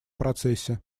процессе